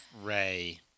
Ray